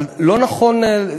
אבל זה לא נכס.